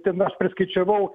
ten aš priskaičiavau